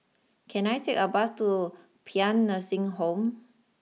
can I take a bus to Paean Nursing Home